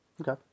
Okay